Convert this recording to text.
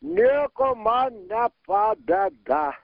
nieko man nepadeda